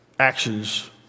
Actions